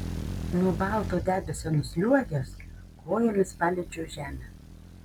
nuo balto debesio nusliuogęs kojomis paliečiau žemę